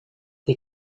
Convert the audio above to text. det